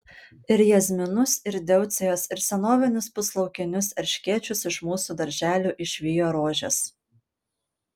ir jazminus ir deucijas ir senovinius puslaukinius erškėčius iš mūsų darželių išvijo rožės